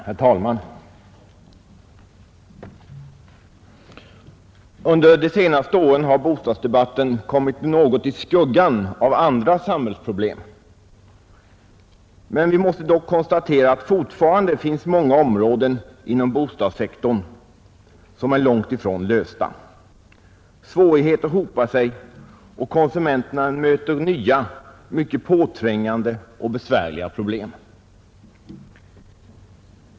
Herr talman! Under de senaste åren har bostadsdebatten kommit något i skuggan av andra samhällsproblem. Vi måste dock konstatera att det fortfarande finns många områden inom bostadssektorn där problemen är långt ifrån lösta. Svårigheter hopar sig, och konsumenterna möter nya, mycket påträngande och besvärliga problem.